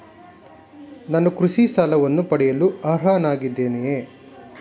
ನಾನು ಕೃಷಿ ಸಾಲವನ್ನು ಪಡೆಯಲು ಅರ್ಹನಾಗಿದ್ದೇನೆಯೇ?